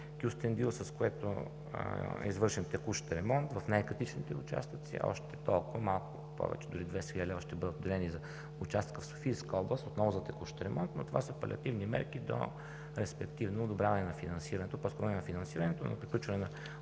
Кюстендил, с което е извършен текущ ремонт в най-критичните участъци, а още толкова, малко повече дори – 200 хил. лв., ще бъдат отделени за участъка в Софийска област отново за текущ ремонт, но това са палеативни мерки до одобряване на финансирането, по-скоро не на финансирането, а на приключване на